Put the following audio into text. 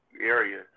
area